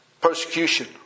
Persecution